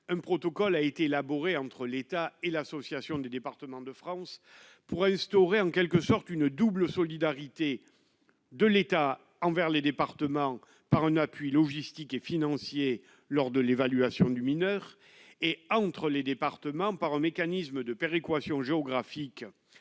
un protocole a été élaboré entre l'état et l'association des départements de France pourra instaurer en quelque sorte une double solidarité de l'État envers les départements par un appui logistique et financier lors de l'évaluation du mineur et a entre les départements, par un mécanisme de péréquation géographique